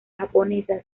japonesa